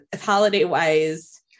holiday-wise